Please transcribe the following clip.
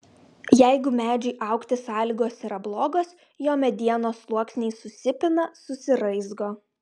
jeigu medžiui augti sąlygos yra blogos jo medienos sluoksniai susipina susiraizgo